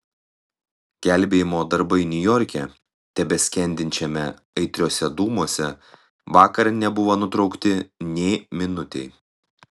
gelbėjimo darbai niujorke tebeskendinčiame aitriuose dūmuose vakar nebuvo nutraukti nė minutei